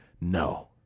no